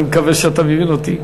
אני מקווה שאתה מבין אותי.